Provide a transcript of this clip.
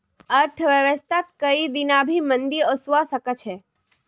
अर्थव्यवस्थात कोई दीना भी मंदी ओसवा सके छे